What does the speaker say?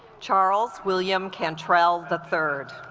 charles william cantrell the third